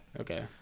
Okay